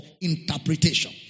interpretation